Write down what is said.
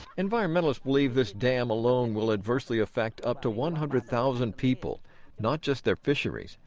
environmentalists believe this dam alone will adversely affect up to one hundred thousand people not just their fisheries,